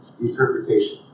interpretation